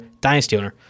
DynastyOwner